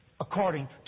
according